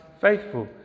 faithful